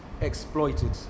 exploited